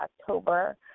October